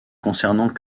concernant